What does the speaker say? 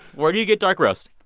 where do you get dark roast?